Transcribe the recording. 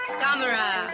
camera